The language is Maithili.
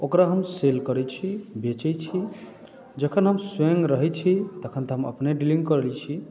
ओकरा हम सेल करै छी बेचै छी जखन हम स्वयं रहै छी तखन तऽ हम अपने डिलिंग करै छी